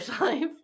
life